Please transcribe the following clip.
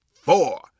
four